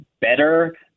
better